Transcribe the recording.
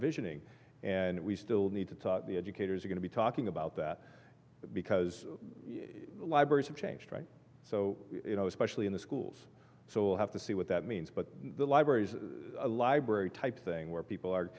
visioning and we still need to talk the educators are going to be talking about that because libraries have changed right so you know especially in the schools so we'll have to see what that means but the libraries a library type thing where people are